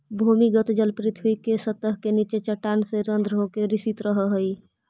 भूमिगत जल पृथ्वी के सतह के नीचे चट्टान के रन्ध्र से होके रिसित रहऽ हई